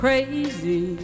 Crazy